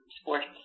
sports